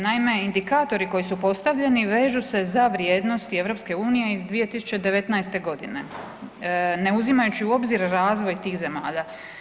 Naime, indikatori koji su postavljeni vežu se za vrijednosti EU iz 2019. godine ne uzimajući u obzir razvoj tih zemalja.